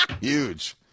huge